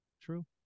True